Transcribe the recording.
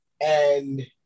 and-